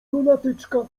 lunatyczka